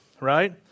right